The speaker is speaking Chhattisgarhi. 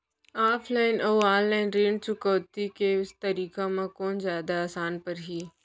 ऑफलाइन अऊ ऑनलाइन ऋण चुकौती के तरीका म कोन जादा आसान परही?